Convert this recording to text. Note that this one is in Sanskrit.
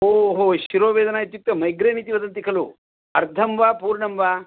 ओहो शिरोवेदना इत्युक्ते मैग्रेन् इति वदन्ति खलु अर्धं वा पूर्णं वा